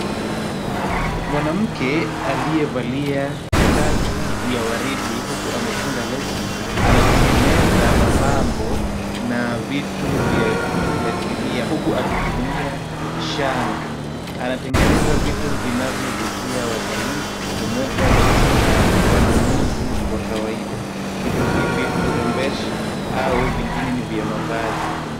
Mwanamke aliyevalia shati ya waridi huku amefunga leso anatengeneza mapambo na vitu vya kiasilia huku akitumia shanga, anatengeneza vitu vinavyovutia watalii pamoja na wanunuzi wa kawaida. Vitu hivi hurembesha au vingine ni vya mavazi.